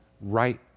right